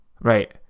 right